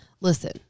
Listen